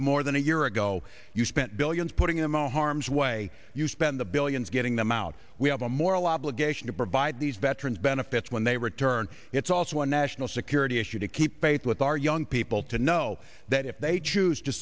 more than a year ago you spent billions putting him out harm's way you spend the billions getting them out we have a moral obligation to provide these veterans benefits when they return it's also a national security issue to keep faith with our young people to know that if they choose to